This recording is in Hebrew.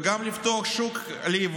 וגם לפתוח את השוק ליבוא,